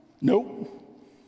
nope